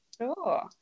Sure